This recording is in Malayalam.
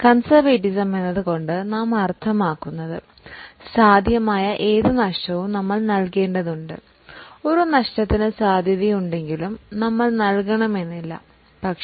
കൺസേർവെറ്റിസം എന്നതുകൊണ്ട് നാം ഉദ്ദേശിക്കുന്നത് സാധ്യതയുള്ള ഏതു നഷ്ടവും നമ്മൾ കരുതേണ്ടതുണ്ട് അതായത് അത് ഒരു സാധ്യത മാത്രമാണെങ്കിലും നമ്മൾ അതിനു കരുതേണ്ടതുണ്ട്